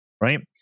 Right